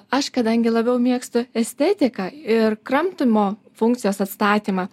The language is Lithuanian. aš kadangi labiau mėgstu estetiką ir kramtymo funkcijos atstatymą